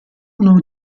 uno